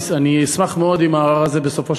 אני אשמח מאוד אם הערר הזה בסופו של